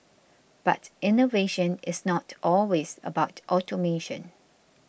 but innovation is not always about automation